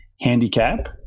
Handicap